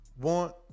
want